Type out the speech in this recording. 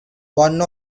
one